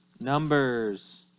Numbers